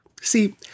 See